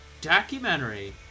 documentary